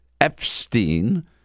Epstein